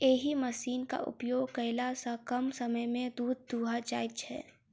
एहि मशीनक उपयोग कयला सॅ कम समय मे दूध दूहा जाइत छै